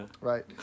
Right